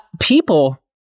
People